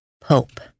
Pope